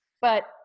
But-